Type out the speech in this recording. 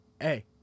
hey